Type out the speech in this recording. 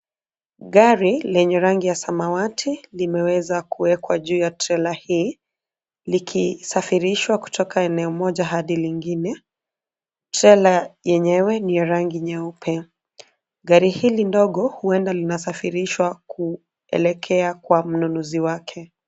Gari lenye rangi ya samawati limeweza kuwekwa juu ya trela hii, likisafirishwa kutoka eneo moja hadi lingine, trela yenyewe ni ya rangi nyeupe, gari hili ndogo huenda linasafirishwa kuelekea kwa mnunuzi wake.